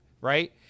right